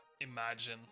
imagine